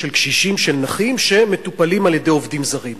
קשישים ונכים שמטופלים על-ידי עובדים זרים.